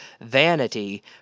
vanity